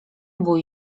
bój